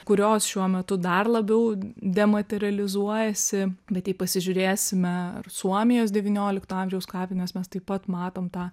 kurios šiuo metu dar labiau dematerializuojasi bet jei pasižiūrėsime ar suomijos devyniolikto amžiaus kapines mes taip pat matom tą